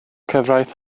cyfraith